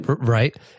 Right